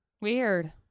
Weird